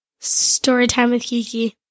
Storytimewithkiki